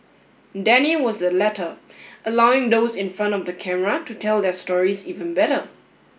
Danny was the latter allowing those in front of the camera to tell their stories even better